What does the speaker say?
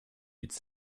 its